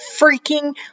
freaking